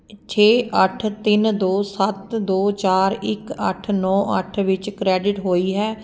ਛੇ ਅੱਠ ਤਿੰਨ ਦੋ ਸੱਤ ਦੋ ਚਾਰ ਇੱਕ ਅੱਠ ਨੌਂ ਅੱਠ ਵਿੱਚ ਕ੍ਰੈਡਿਟ ਹੋਈ ਹੈ